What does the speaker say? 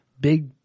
Big